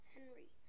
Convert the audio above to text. Henry